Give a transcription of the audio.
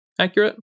accurate